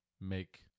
make